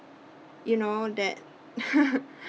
you know that